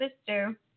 sister